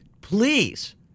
please